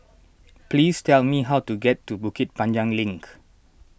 please tell me how to get to Bukit Panjang Link